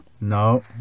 no